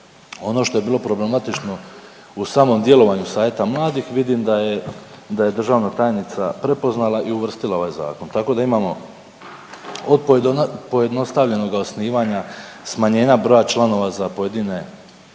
ono što je bilo problematično u samom djelovanju savjeta mladih, vidim da je državna tajnica prepoznala i uvrstila u ovaj Zakon. Tako da imamo od pojednostavljenoga osnivanja, smanjenja broja članova za pojedine razrede,